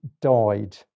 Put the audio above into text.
died